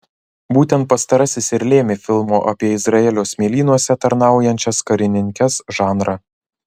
būtent pastarasis ir lėmė filmo apie izraelio smėlynuose tarnaujančias karininkes žanrą